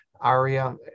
ARIA